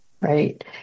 right